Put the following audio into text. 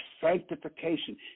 sanctification